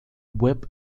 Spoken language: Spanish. web